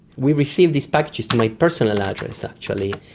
we received these packages to my personal address actually.